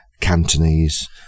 Cantonese